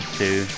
two